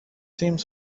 seemed